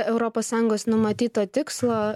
europos sąjungos numatyto tikslo